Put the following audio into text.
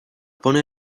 pone